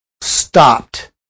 stopped